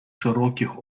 szerokich